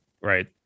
Right